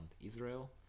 Israel